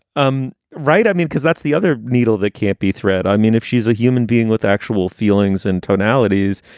um right. i mean, because that's the other needle that can't be thread. i mean, if she's a human being with actual feelings and tonalities,